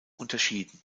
unterschieden